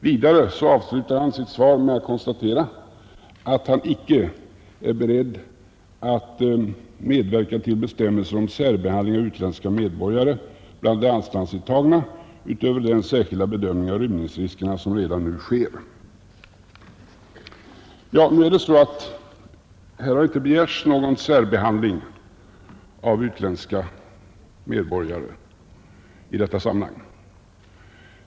Vidare avslutar han sitt tal med att slå fast att han icke är beredd att medverka till bestämmelser om särbehandling av utländska medborgare bland de anstaltsintagna, utöver den särskilda bedömning av rymningsriskerna som redan nu sker. Nu är det så att det inte har begärts någon särbehandling av utländska medborgare i detta sammanhang.